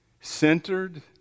centered